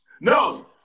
No